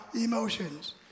emotions